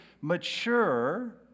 mature